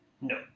No